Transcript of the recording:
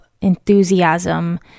enthusiasm